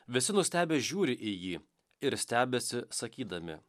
visi nustebę žiūri į jį ir stebisi sakydami